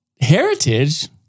Heritage